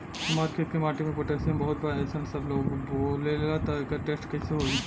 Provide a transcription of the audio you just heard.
हमार खेत के माटी मे पोटासियम बहुत बा ऐसन सबलोग बोलेला त एकर टेस्ट कैसे होई?